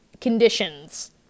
Conditions